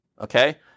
Okay